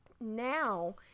now